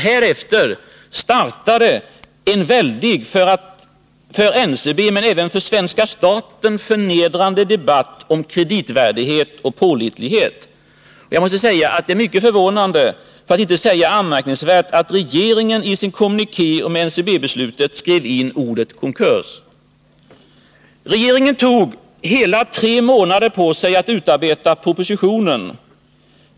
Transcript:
Härefter startade en väldig, för NCB men även för svenska staten, förnedrande debatt om kreditvärdighet och pålitlighet. Jag måste säga att det är mycket förvånande, för att inte säga anmärkningsvärt, att regeringen i sin kommuniké om NCB-beslutet skrev in ordet konkurs. Regeringen tog hela tre månader på sig att utarbeta propositionen.